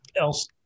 else